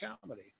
comedy